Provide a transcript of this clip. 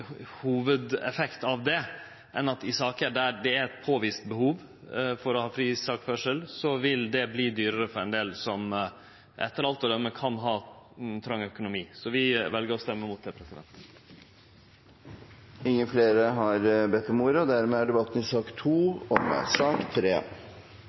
hovudeffekt av det enn at i saker der det er eit påvist behov for å ha fri sakførsel, vil det verte dyrare for ein del som etter alt å døme kan ha trong økonomi. Så vi vel å stemme mot det. Flere har ikke bedt om ordet til sak nr. 2. Vi skal i